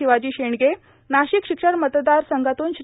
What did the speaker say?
शिवाजी शेडगे नाशिक शिक्षक मतदारसंघातून श्री